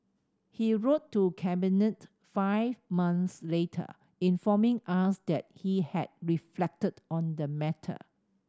he wrote to Cabinet five months later informing us that he had reflected on the matter